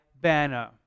banner